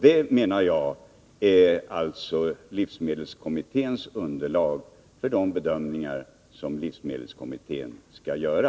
Detta menar jag är livsmedelskommitténs underlag för de bedömningar som den skall göra.